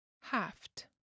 haft